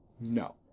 No